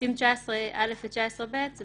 סעיפים 19א ו-19ב הם